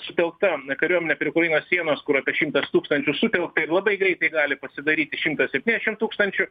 sutelkta kariuomenė prie ukrainos sienos kur apie šimtas tūkstančių sutelkta ir labai greitai gali pasidaryti šimtas septyniasdešim tūkstančių